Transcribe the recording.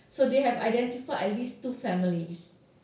so they have identified at least two families